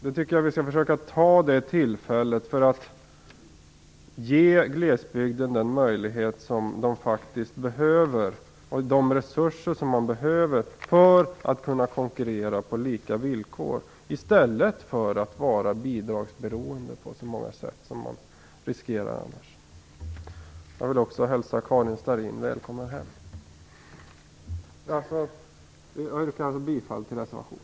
Jag tycker att vi skall försöka utnyttja det tillfället för att ge glesbygden de möjligheter och resurser som man där faktiskt behöver för att kunna konkurrera på lika villkor och för att slippa vara bidragsberoende på många olika sätt, vilket man annars riskerar att vara. Sedan vill jag hälsa Karin Starrin välkommen hem. Slutligen yrkar jag bifall till reservationen.